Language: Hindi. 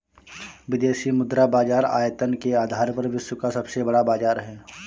विदेशी मुद्रा बाजार आयतन के आधार पर विश्व का सबसे बड़ा बाज़ार है